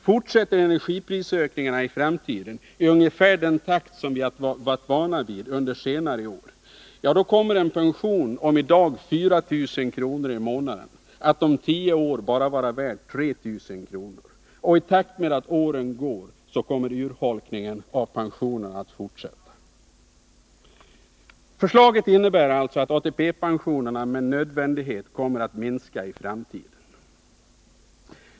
Fortsätter energiprisökningarna i framtiden i ungefär den takt som vi varit vana vid under senare år, då kommer en pension på i dag 4 000 kr. i månaden om tio år att vara värd bara 3 000 kr. i månaden. Och i takt med att åren går kommer urholkningen av pensionerna att fortsätta. Förslaget innebär alltså att ATP-pensionerna med nödvändighet kommer att minska i framtiden.